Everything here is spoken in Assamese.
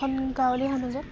এখন গাঁৱলীয়া সমাজত